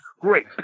Great